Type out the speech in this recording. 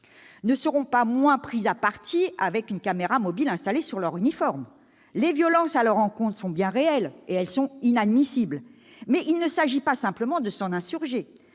ne seront pas moins pris à partie avec une caméra mobile installée sur leur uniforme. Si ! Les violences à leur encontre sont bien réelles et inadmissibles, mais il ne s'agit pas simplement de s'insurger